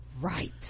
right